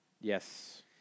Yes